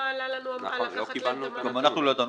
עלה לנו המהלך הזה --- גם אנחנו לא ידענו.